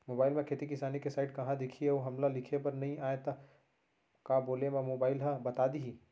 Mobile म खेती किसानी के साइट कहाँ दिखही अऊ हमला लिखेबर नई आय त का बोले म मोबाइल ह बता दिही?